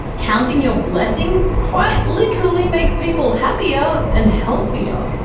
counting your blessings quite literally makes people happier and healthier.